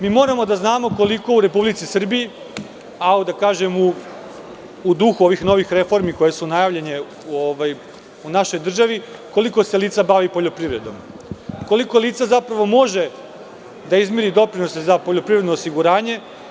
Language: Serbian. Mi moramo da znamo koliko u Republici Srbiji, a u duhu ovih novih reformi koje su najavljene u našoj državi, koliko se lica bavi poljoprivredom, koliko lica može da izmiri doprinose za poljoprivredno osiguranje.